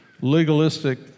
legalistic